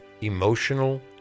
emotional